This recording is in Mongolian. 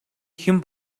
хэн